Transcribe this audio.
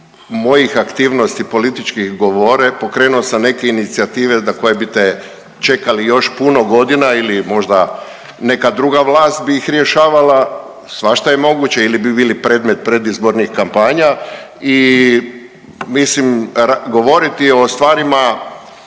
mojih aktivnosti političkih govore, pokrenuo sam neke inicijative za koje bite čekali još puno godina ili možda neka druga vlast bi ih rješavala, svašta je moguće ili bi bili predmet predizbornih kampanja. I mislim govoriti o stvarima,